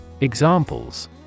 Examples